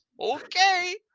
Okay